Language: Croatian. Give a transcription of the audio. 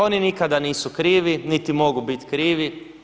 Oni nikada nisu krivi niti mogu biti krivi.